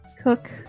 cook